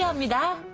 yeah me dad,